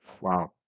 wow